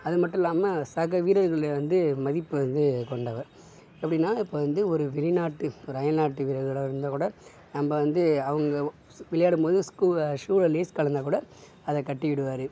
அது மட்டும் இல்லாமல் சக வீரர்களை வந்து மதிப்பு வந்து கொண்டவர் எப்படீனா இப்போ வந்து ஒரு வெளிநாட்டு ஒரு அயல்நாட்டு வீரர்களாக இருந்தால் கூட நம்ப வந்து அவங்க விளையாடும்போது ஷூவில் லேஸ் கழண்டால் கூட அதை கட்டி விடுவார்